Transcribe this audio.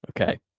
Okay